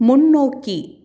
முன்னோக்கி